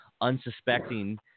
unsuspecting